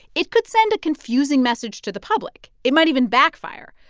it could send a confusing message to the public. it might even backfire.